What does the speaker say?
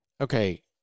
okay